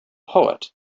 poet